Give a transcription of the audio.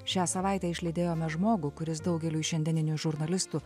šią savaitę išlydėjome žmogų kuris daugeliui šiandieninių žurnalistų